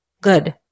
good